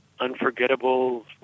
Unforgettable